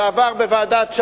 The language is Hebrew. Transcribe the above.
זה עבר בוועדת-שיינין,